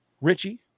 richie